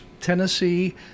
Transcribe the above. tennessee